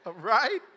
Right